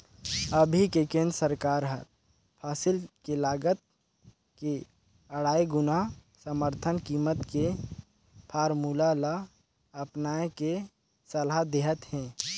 अभी के केन्द्र सरकार हर फसिल के लागत के अढ़ाई गुना समरथन कीमत के फारमुला ल अपनाए के सलाह देहत हे